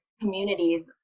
communities